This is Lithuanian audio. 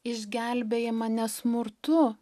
išgelbėjama ne smurtu